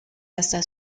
hasta